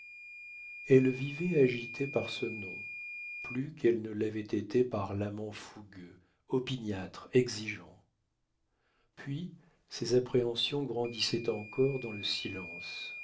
elle vivait agitée par ce nom plus qu'elle ne l'avait été par l'amant fougueux opiniâtre exigeant puis ses appréhensions grandissaient encore dans le silence